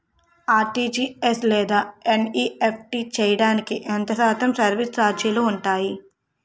RTGS లేదా NEFT చేయడానికి ఎంత శాతం సర్విస్ ఛార్జీలు ఉంటాయి?